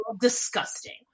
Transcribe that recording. disgusting